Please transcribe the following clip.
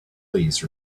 please